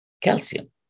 Calcium